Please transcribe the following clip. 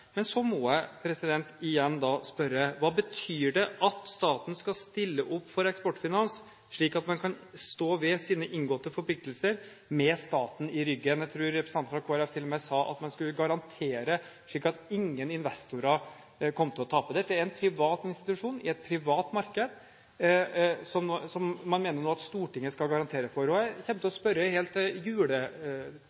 Men så må jeg igjen spørre: Hva betyr det at staten skal stille opp for Eksportfinans, slik at man kan stå ved sine inngåtte forpliktelser «med staten i ryggen»? Jeg tror representanten fra Kristelig Folkeparti til og med sa at man skulle garantere, slik at ingen investorer kom til å tape. Dette er en privat institusjon, i et privat marked, som man nå mener at Stortinget skal garantere for. Jeg kommer til